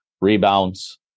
rebounds